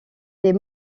les